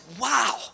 wow